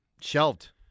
shelved